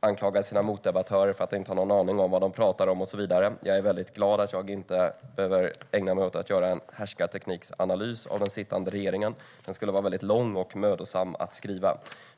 anklagar sina motdebattörer för att inte ha någon aning om vad de pratar om och så vidare - jag är väldigt glad att jag inte behöver ägna mig åt att göra en härskartekniksanalys av den sittande regeringen. Den skulle vara väldigt lång och mödosam att skriva.